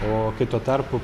o kai tuo tarpu